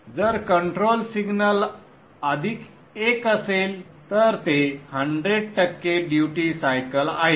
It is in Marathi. जर कंट्रोल सिग्नल अधिक 1 असेल तर ते 100 टक्के ड्युटी सायकल आहे